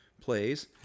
plays